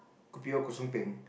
kopi O kosong peng